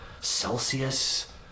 Celsius